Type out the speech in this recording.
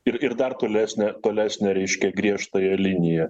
ir ir dar tolesnę tolesnę reiškia griežtąją liniją